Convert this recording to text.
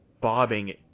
bobbing